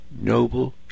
noble